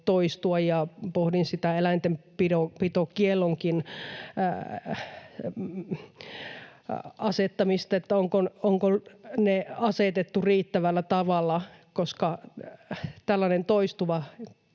Pohdin sitä eläintenpitokiellonkin asettamista, että onko niitä asetettu riittävällä tavalla, koska tällainen toistuva,